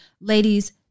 Ladies